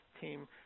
team